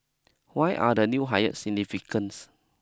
why are the new hires significance